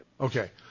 Okay